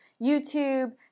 YouTube